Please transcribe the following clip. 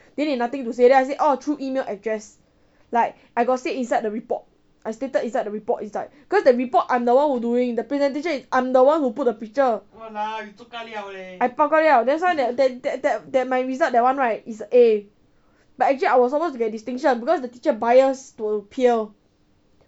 then they nothing to say then I say all through email address like I got say inside the report I stated inside the report is like cause the report I'm the one who do the presentation is I'm the one who put the picture I bao ga liao that's why that that that that that my result that one right is A but actually I was supposed to get distinction because the teacher bias to pierre